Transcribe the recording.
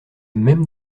même